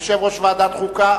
יושב-ראש ועדת החוקה.